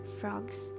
frogs